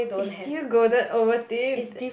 is still golden Ovaltine